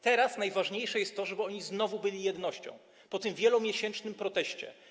Teraz najważniejsze jest to, żeby oni znowu byli jednością po tym wielomiesięcznym proteście.